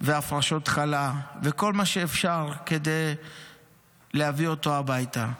והפרשות חלה וכל מה שאפשר כדי להביא אותו הביתה.